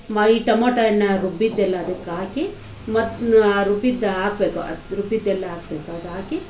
ಮೈ tomato ಹಣ್ಣು ರುಬ್ಬಿದ್ದೆಲ್ಲ ಅದಕ್ಕಾಕಿ ಮತ್ತು ಆ ರುಬ್ಬಿದ್ದಾಕಬೇಕು ಅದ್ಕೆ ರುಬ್ಬಿದ್ದೆಲ್ಲ ಹಾಕ್ಬೇಕು ಅದು ಹಾಕಿ